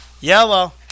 Yellow